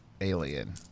alien